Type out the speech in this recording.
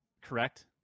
correct